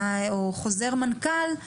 או חוזר מנכ"ל,